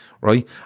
Right